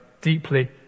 deeply